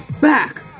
back